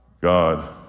God